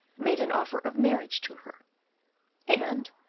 made an offer of marriage to her and,